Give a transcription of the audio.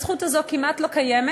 הזכות הזו כמעט לא מקוימת,